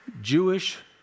Jewish